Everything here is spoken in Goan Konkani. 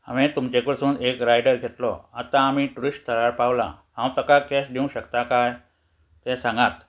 हांवें तुमचे कडसून एक रायडर घेतलो आतां आमी टुरिस्ट थळार पावलां हांव ताका कॅश दिवंक शकतां काय तें सांगात